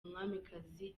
umwamikazi